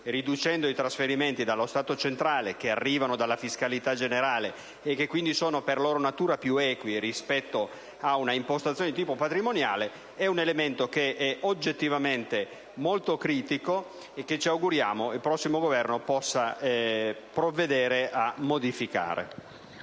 riducendo i trasferimenti dallo Stato centrale (che arrivano dalla fiscalità generale e che quindi sono per loro natura più equi rispetto ad un'impostazione di tipo patrimoniale), è un elemento oggettivamente molto critico che ci auguriamo possa essere modificato